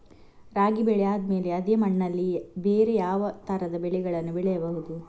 ರಾಗಿ ಬೆಳೆ ಆದ್ಮೇಲೆ ಅದೇ ಮಣ್ಣಲ್ಲಿ ಬೇರೆ ಯಾವ ತರದ ಬೆಳೆಗಳನ್ನು ಬೆಳೆಯಬಹುದು?